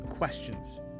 questions